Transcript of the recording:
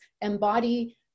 embody